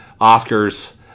Oscars